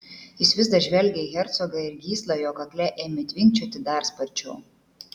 jis vis dar žvelgė į hercogą ir gysla jo kakle ėmė tvinkčioti dar sparčiau